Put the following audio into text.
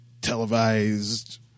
televised